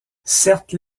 certes